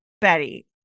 Betty